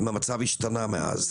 אם המצב השתנה מאז?